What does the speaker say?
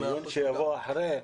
הדיון שיבוא אחרי,